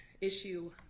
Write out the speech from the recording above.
issue